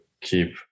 keep